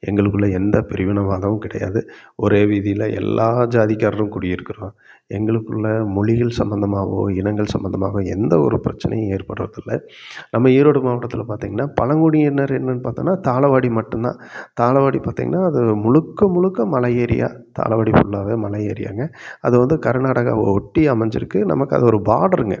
எங்களுக்குள்ளே எந்த பிரிவினை வாதமும் கிடையாது ஒரே வீதியில் எல்லா ஜாதிக்காரரும் குடியிருக்கிறோம் எங்களுக்குள்ளே மொழிகள் சம்பந்தமாவோ இனங்கள் சம்பந்தமாவோ எந்த ஒரு பிரச்சினையும் ஏற்படுறது இல்லை நம்ம ஈரோடு மாவட்டத்தில் பார்த்தீங்கன்னா பழங்குடியினர் என்னென்னு பார்த்தோன்னா தாளவாடி மட்டும்தான் தாளவாடி பார்த்திங்கன்னா அது முழுக்க முழுக்க மலை ஏரியா தாளவாடி ஃபுல்லாகவே மலை ஏரியாங்க அது வந்து கர்நாடகாவை ஒட்டி அமைஞ்சிருக்கு நமக்கு அது ஒரு பார்டர்ங்க